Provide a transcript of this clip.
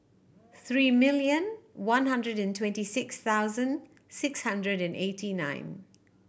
three million one hundred and twenty six thousand six hundred and eighty nine